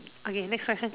okay next question